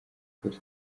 kuri